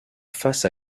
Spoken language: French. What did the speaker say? face